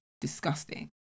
disgusting